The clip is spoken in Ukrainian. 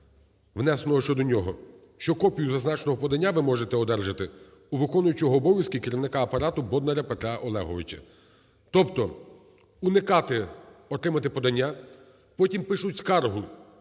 внесеного щодо нього, що копію зазначеного подання ви можете одержати у виконуючого обов'язки Керівника Апарату Боднаря Петра Олеговича. Тобто уникати отримати подання, потім пишуть скаргу,